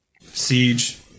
siege